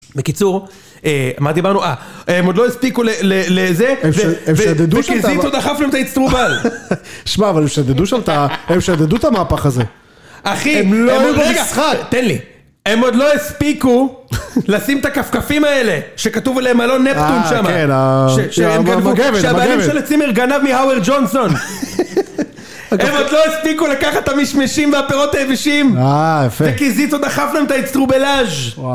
בקיצור, מה דיברנו? אה, הם עוד לא הספיקו לזה, וכי זיץ דחף להם ת'איצטרובל! שמע, אבל הם שדדו שם את ה... הם שדדו את המהפך הזה. אחי, הם עוד לא... תן לי. הם עוד לא הספיקו לשים את הכפכפים האלה שכתוב עליהם מלון נפטון שם. אה, כן, המגבת. שהבעלים של צימר גנב מהאוויר ג'ונסון! הם עוד לא הספיקו לקחת את המשמשים והפירות היבשים! אה, יפה. וכי זיץ דחף להם ת'איצטרובל!